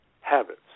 habits